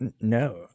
No